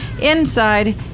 inside